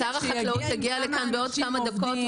שר החקלאות יגיע לכאן בעוד כמה דקות.